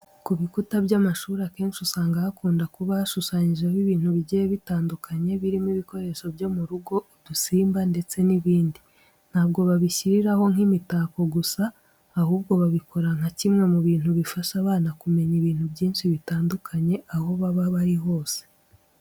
Ku bikuta by'amashuri akenshi uzasanga hakunda kuba hashushanyijeho ibintu bigiye bitandukanye birimo ibikoresho byo mu rugo, udusimba ndetse n'ibindi. Ntabwo babishyiraho nk'imitako gusa, ahubwo babikora nka kimwe mu bintu bifasha abana kumenya ibintu byinshi bitandukanye aho baba bari hose.